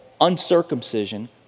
uncircumcision